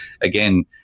again